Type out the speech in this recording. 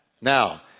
Now